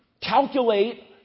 calculate